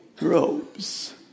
robes